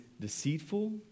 deceitful